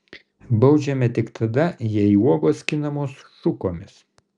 baudžiame tik tada jei uogos skinamos šukomis